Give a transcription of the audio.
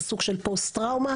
זה סוג של פוסט טראומה.